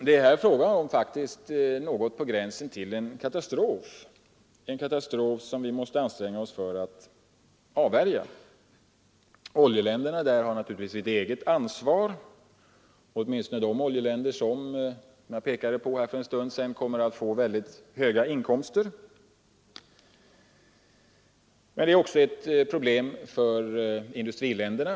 Det är faktiskt fråga om någonting på gränsen till en katastrof, en katastrof som vi måste anstränga oss för att avvärja. Oljeländerna har här naturligtvis ett eget ansvar, åtminstone de som — vilket jag påpekade nyss — får mycket höga inkomster, men det är också ett problem för industriländerna.